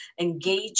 engage